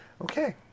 Okay